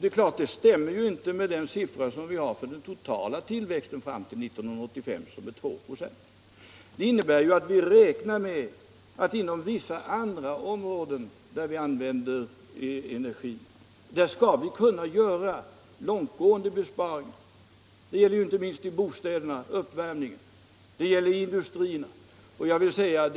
Det är klart att det inte stämmer med den siffra som vi har för den totala tillväxten fram till 1985, vilken är 2 96. Det innebär att vi räknar med att inom vissa andra områden där energi används kunna göra långtgående besparingar. Det gäller inte minst uppvärmningen av bostäderna och förbrukningen inom industrin.